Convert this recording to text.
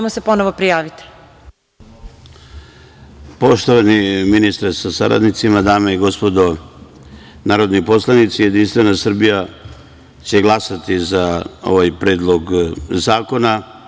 Poštovani ministre sa saradnicima, dame i gospodo narodni poslanici, Jedinstvena Srbija će glasati za ovaj predlog zakona.